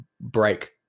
break